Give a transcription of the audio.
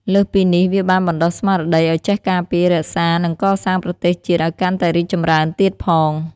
លើសពីនេះ វាបានបណ្ដុះស្មារតីឲ្យចេះការពារ រក្សា និងកសាងប្រទេសជាតិឲ្យកាន់តែរីកចម្រើនទៀតផង។